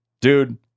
Dude